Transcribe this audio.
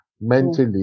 mentally